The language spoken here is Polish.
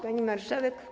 Pani Marszałek!